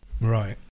Right